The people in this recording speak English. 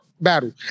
battle